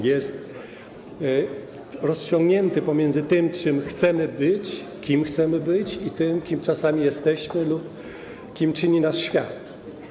Jest rozciągnięty pomiędzy tym, czym chcemy być, kim chcemy być, i tym, kim czasami jesteśmy lub kim czyni nas świat.